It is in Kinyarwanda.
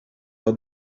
aho